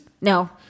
No